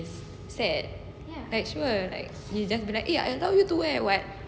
which is sad like sure like he just like I told you to wear [what]